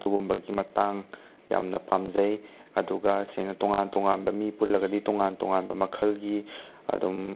ꯑꯗꯨꯒꯨꯝꯕꯒꯤ ꯃꯇꯥꯡ ꯌꯥꯝꯅ ꯄꯥꯝꯖꯩ ꯑꯗꯨꯒ ꯁꯦꯡꯅ ꯇꯣꯉꯥꯟ ꯇꯣꯉꯥꯟꯕ ꯃꯤ ꯄꯨꯜꯂꯒꯗꯤ ꯇꯣꯉꯥꯟ ꯇꯣꯉꯥꯟꯕ ꯃꯈꯜꯒꯤ ꯑꯗꯨꯝ